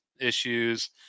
issues